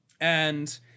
and-